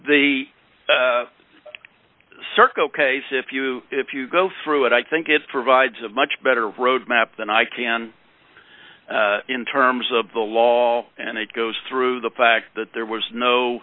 the circle case if you if you go through it i think it provides a much better roadmap than i can in terms of the law and it goes through the fact that there was no